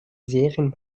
serien